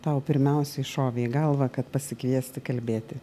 tau pirmiausiai šovė į galvą kad pasikviesti kalbėti